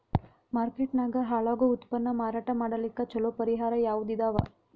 Market ನಾಗ ಹಾಳಾಗೋ ಉತ್ಪನ್ನ ಮಾರಾಟ ಮಾಡಲಿಕ್ಕ ಚಲೋ ಪರಿಹಾರ ಯಾವುದ್ ಇದಾವ?